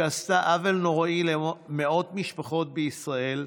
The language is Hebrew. שעשתה עוול נוראי למאות משפחות בישראל,